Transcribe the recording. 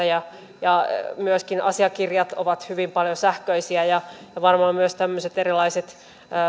ja ja myöskin asiakirjat ovat hyvin paljon sähköisiä ja varmaan myös erilaiset